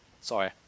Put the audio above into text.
Sorry